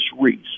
Reese